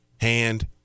hand